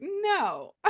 no